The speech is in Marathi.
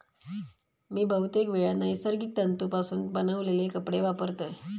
मी बहुतेकवेळा नैसर्गिक तंतुपासून बनवलेले कपडे वापरतय